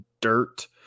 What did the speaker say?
dirt